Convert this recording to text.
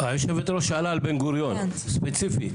היושבת-ראש שאלה על בן גוריון, ספציפית.